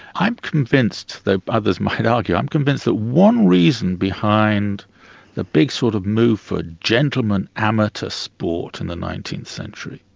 i'm convinced, though others might argue, i'm convinced that one reason behind the big sort of move for a gentlemen amateur sport in the nineteenth century,